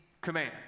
command